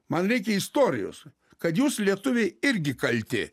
man reikia istorijos kad jūs lietuviai irgi kalti